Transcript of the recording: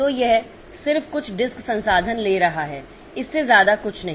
तो यह सिर्फ कुछ डिस्क संसाधन ले रहा है इससे ज्यादा कुछ नहीं